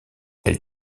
elle